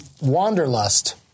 Wanderlust